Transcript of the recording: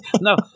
No